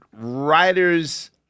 writers